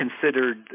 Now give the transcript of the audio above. considered